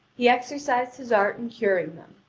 he exercised his art in curing them,